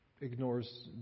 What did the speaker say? ignores